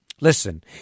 Listen